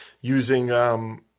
using